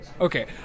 okay